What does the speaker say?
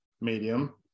medium